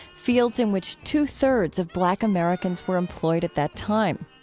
fields in which two-thirds of black americans were employed at that time.